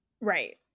Right